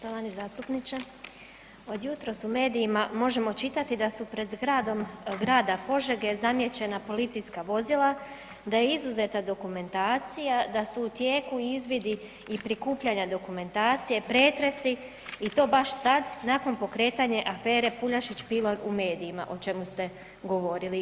Poštovani zastupniče, od jutros u medijima možemo čitati da su pred zgradom grada Požege zamijećena policijska vozila, da je izuzeta dokumentacija, da su u tijeku izvidi i prikupljanja dokumentacije, pretresi i to baš sad nakon pokretanja afere Puljašić Pilon u medijima o čemu ste govorili i vi.